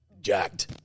jacked